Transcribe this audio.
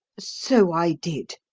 so i did,